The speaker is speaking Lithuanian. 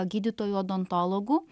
gydytojų odontologų